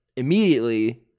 immediately